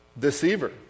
deceiver